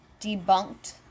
debunked